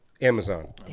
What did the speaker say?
amazon